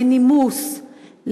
לנימוס,